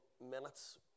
minutes